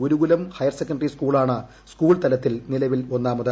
ഗുരുകുലം higher secondary സ്കൂളാണ് school തലത്തിൽ നിലവിൽ ഒന്നാമത്